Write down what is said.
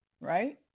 right